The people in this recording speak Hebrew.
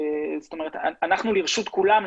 אנחנו לרשות כולם,